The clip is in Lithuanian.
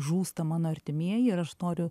žūsta mano artimieji ir aš noriu